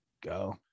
go